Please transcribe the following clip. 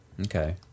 Okay